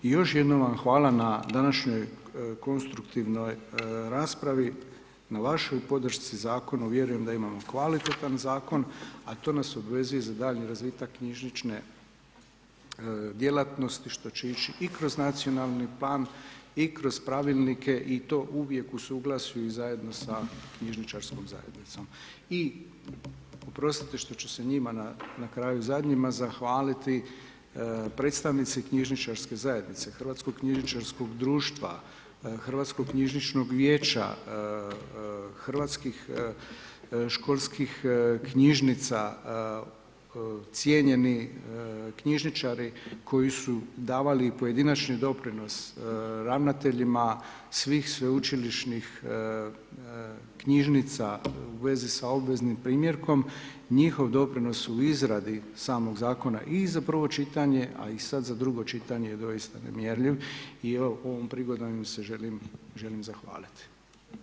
I još jednom vam hvala na današnjoj konstruktivnoj raspravi, na vašoj podršci Zakona, vjerujem da imamo kvalitetan Zakon, a to nas obvezuje za daljnji razvitak knjižnične djelatnosti, što će ići i kroz Nacionalni plan i kroz Pravilnike i to uvijek u suglasju i zajedno sa knjižničarskom zajednicom i oprostite što ću se njima na kraju zadnjima zahvaliti, predstavnici knjižničarske zajednice, Hrvatskog knjižničarskog društva, Hrvatskog knjižničnog vijeća, Hrvatskih školskih knjižnica, cijenjeni knjižničari koji su davali pojedinačni doprinos ravnateljima svim Sveučilišnih knjižnica u vezi sa obveznim primjerkom, njihov doprinos u izradi samog Zakona i za prvo čitanje, a i sad za drugo čitanje je doista nemjerljiv i evo, ovom prigodom im se želim zahvaliti.